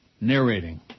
narrating